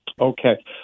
Okay